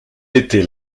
était